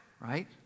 Right